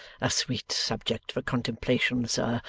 a sweet subject for contemplation, sir,